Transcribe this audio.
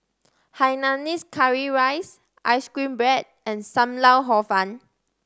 hainanese curry rice ice cream bread and Sam Lau Hor Fun